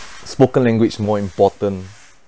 spoken language more important